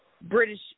British